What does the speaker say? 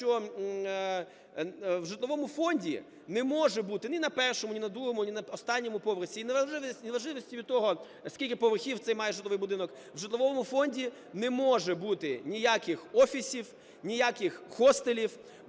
що в житловому фонді не може бути ні на першому, ні на другому, ні на останньому поверсі, і не в важливості від того, скільки поверхів цей має житловий будинок, в житловому фонді не може бути ніяких офісів, ніяких хостелів